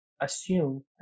assume